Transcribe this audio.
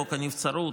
חוק הנבצרות,